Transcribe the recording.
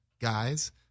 guys